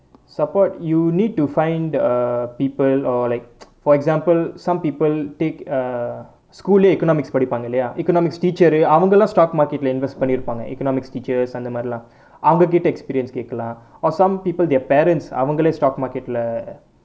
support you need to find the people or like for example some people take uh school leh economics படிப்பாங்க இல்லையா:padipaanga illaiyaa economics teacher அவங்களும்:avangalum stock market leh invest பண்ணிருப்பாங்க:pannirupaanga economics teachers அந்த மாதிரிலாம் அவங்க கிட்டை:antha maathirilaam avanga kittai experience கேட்கலாம்:kekkalaam or some people their parents அவங்களே:avangalae stock market leh